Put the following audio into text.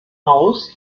haus